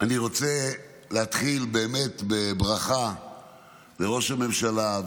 אני רוצה להתחיל בברכה לראש הממשלה,